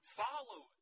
follow